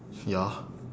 ya